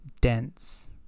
dense